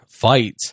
Fight